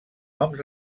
noms